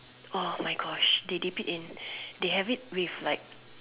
oh my Gosh they dip it in they have it with like